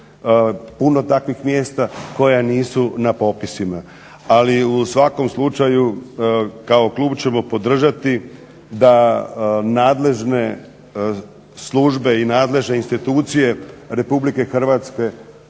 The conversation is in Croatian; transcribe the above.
puno takvih mjesta koja nisu na popisima. Ali u svakom slučaju, kao klub ćemo podržati da nadležne službe i nadležne institucije Republike Hrvatske